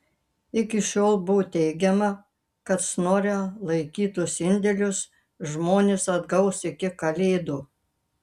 iki šiol buvo teigiama kad snore laikytus indėlius žmonės atgaus iki kalėdų